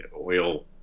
oil